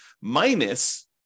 minus